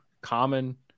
common